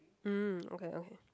mm okay okay